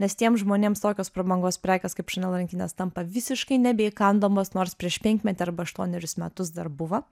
nes tiems žmonėms tokios prabangos prekės kaip chanel rankinės tampa visiškai nebeįkandamos nors prieš penkmetį arba aštuonerius metus dar buvo